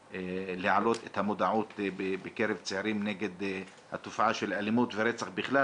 ולהעלות את המודעות בקרב צעירים נגד התופעה של אלימות ורצח בכלל,